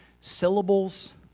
syllables